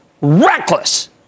reckless